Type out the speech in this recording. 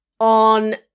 on